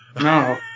No